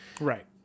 Right